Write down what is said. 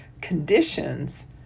conditions